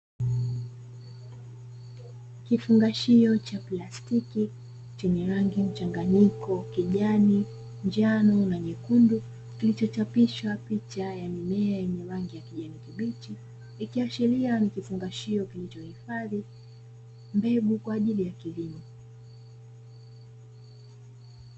Kifungashio cha plastiki chenye rangi mchanganyiko kijani, njano na nyekundu, kilichochapishwa picha ya mimea yenye rangi ya kijani kibichi, ikiashiria ni kifungashio kilichohifadhi mbegu kwa ajili ya kilimo.